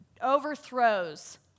overthrows